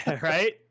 Right